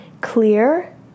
Clear